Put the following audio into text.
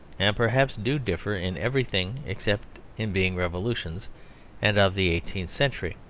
and perhaps do differ in everything except in being revolutions and of the eighteenth century.